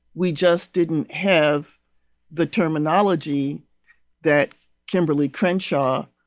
we just didn't have the terminology that kimberly crenshaw